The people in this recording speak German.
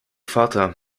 vater